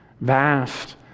vast